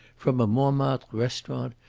from a montmartre restaurant,